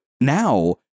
now